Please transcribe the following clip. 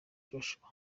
joshua